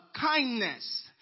kindness